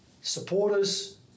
Supporters